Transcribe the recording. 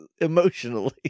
emotionally